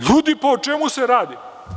Ljudi, pa o čemu se radi?